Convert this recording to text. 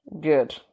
Good